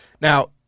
Now